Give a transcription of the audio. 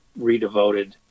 redevoted